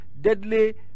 deadly